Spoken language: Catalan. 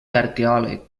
arqueòleg